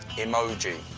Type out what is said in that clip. emoji